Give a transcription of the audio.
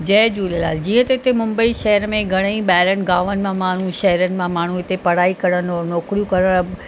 जय झूलेलाल जीअं त हिते मुंबई शहर में घणेई ॿाहिरनि गांवनि मां माण्हू शहरनि मां माण्हू हिते पढ़ाई करणु नौकरियूं करणु